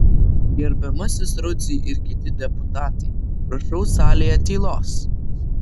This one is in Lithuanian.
gerbiamasis rudzy ir kiti deputatai prašau salėje tylos